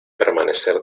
permanecer